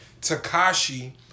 Takashi